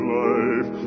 life